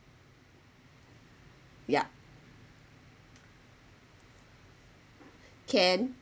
yup can